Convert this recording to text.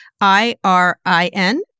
I-R-I-N